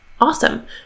Awesome